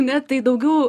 ne tai daugiau